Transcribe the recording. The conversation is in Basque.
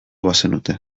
bazenute